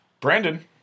Brandon